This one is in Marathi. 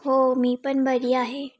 हो मी पण बरी आहे